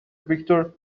victor